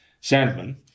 Sandman